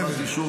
ברמז.